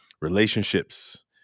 relationships